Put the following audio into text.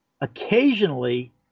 occasionally